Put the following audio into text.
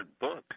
book